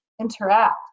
interact